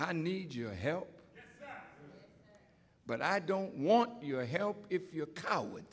i need your help but i don't want your help if you